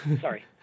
Sorry